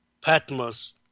Patmos